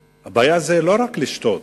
הבעיה היא לא רק השתייה,